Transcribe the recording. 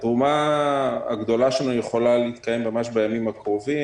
התרומה הגדולה שלנו יכולה להתקיים ממש בימים הקרובים.